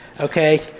Okay